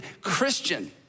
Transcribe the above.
Christian